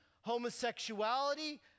homosexuality